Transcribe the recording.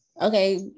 Okay